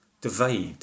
Divide